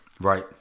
Right